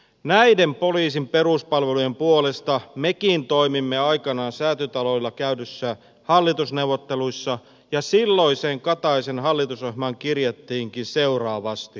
näiden poliisin peruspalvelujen puolesta mekin toimimme aikanaan säätytalolla käydyissä hallitusneuvotteluissa ja silloiseen kataisen hallitusohjelmaan kirjattiinkin seuraavasti